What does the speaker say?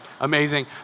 amazing